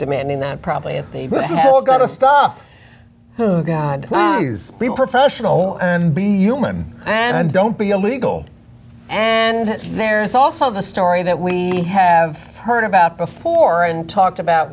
demanding that probably it they've got to stop be professional and be human and don't be illegal and there's also the story that we have heard about before and talked about